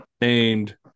named